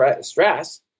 stress